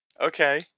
Okay